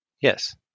Yes